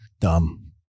Dumb